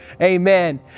Amen